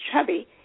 chubby